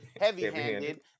heavy-handed